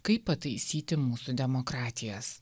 kaip pataisyti mūsų demokratijas